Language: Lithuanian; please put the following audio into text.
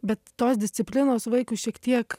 bet tos disciplinos vaikui šiek tiek